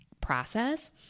process